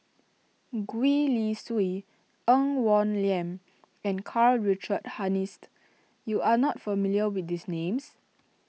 Gwee Li Sui Ng Woon Lam and Karl Richard Hanitsch you are not familiar with these names